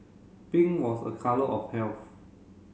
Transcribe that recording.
pink was a colour of health